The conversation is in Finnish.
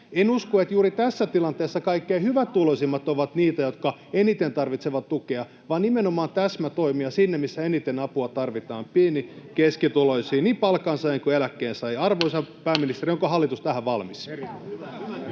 En usko, että juuri tässä tilanteessa kaikkein hyvätuloisimmat ovat niitä, jotka eniten tarvitsevat tukea, vaan nimenomaan tarvitaan täsmätoimia sinne, missä eniten apua tarvitaan — pieni- ja keskituloisiin, niin palkansaajiin kuin eläkkeensaajiin. Arvoisa pääministeri, onko hallitus tähän valmis?